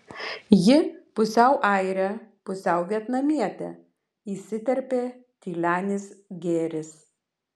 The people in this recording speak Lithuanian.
ji pusiau airė pusiau vietnamietė įsiterpė tylenis gėris